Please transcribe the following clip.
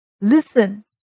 Listen